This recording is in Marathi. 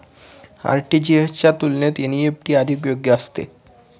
आर.टी.जी.एस च्या तुलनेत एन.ई.एफ.टी अधिक योग्य असतं